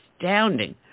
astounding